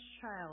child